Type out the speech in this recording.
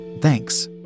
Thanks